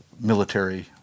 military